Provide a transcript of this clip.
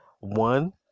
One